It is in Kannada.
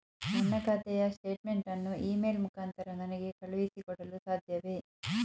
ನನ್ನ ಖಾತೆಯ ಸ್ಟೇಟ್ಮೆಂಟ್ ಅನ್ನು ಇ ಮೇಲ್ ಮುಖಾಂತರ ನನಗೆ ಕಳುಹಿಸಿ ಕೊಡಲು ಸಾಧ್ಯವೇ?